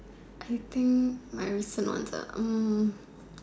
I think my recent ones